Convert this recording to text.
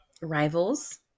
rivals